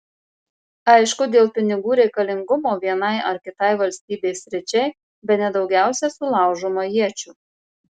aišku dėl pinigų reikalingumo vienai ar kitai valstybės sričiai bene daugiausiai sulaužoma iečių